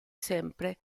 sempre